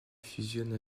fusionne